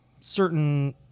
certain